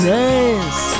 nice